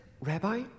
Rabbi